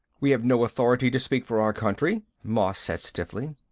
we have no authority to speak for our country, moss said stiffly.